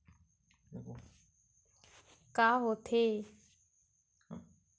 का होथे?